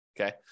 Okay